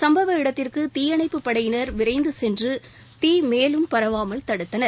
சம்பவ இடத்திற்கு தீயணைப்புப் படையினர் விரைந்து சென்று தீ மேலும் பரவாமல் தடுத்தனர்